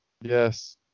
Yes